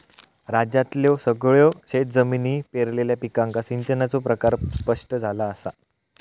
राज्यातल्यो सगळयो शेतजमिनी पेरलेल्या पिकांका सिंचनाचो प्रकार स्पष्ट झाला असा